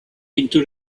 into